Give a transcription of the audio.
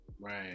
Right